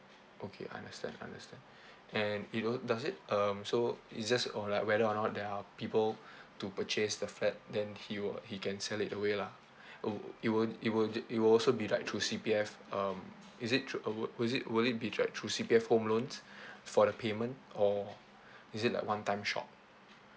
okay understand understand and it will does it um so it's just or like whether or not there are people to purchase the flat then he will he can sell it away lah uh it will it will it will also be like through C_P_F um is it through uh will was it will it be like through C_P_F home loans for the payment or is it like one time shot